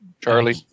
Charlie